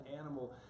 animal